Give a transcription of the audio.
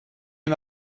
est